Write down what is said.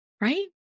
Right